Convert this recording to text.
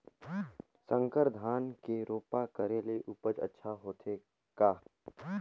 संकर धान के रोपा करे ले उपज अच्छा होथे का?